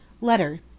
Letter